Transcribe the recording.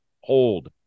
hold